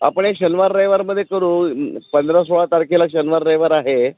आपण शनिवार रविवारमध्ये करू पंधरा सोळा तारखेला शनिवार रविवार आहे